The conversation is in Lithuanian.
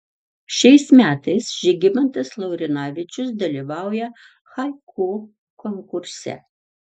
šiais metais žygimantas laurinavičius dalyvauja haiku konkurse